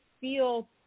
feel